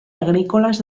agrícoles